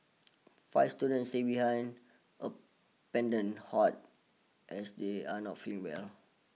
five students stay behind a Pendant Hut as they are not feeling well